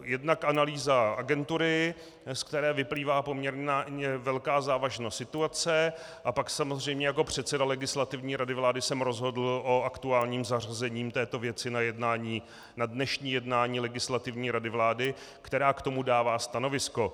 Jednak analýza agentury, ze které vyplývá poměrně velká závažnost situace, a pak samozřejmě jako předseda Legislativní rady vlády jsem rozhodl o aktuálním zařazení této věci na dnešní jednání Legislativní rady vlády, která k tomu dává stanovisko.